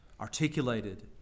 articulated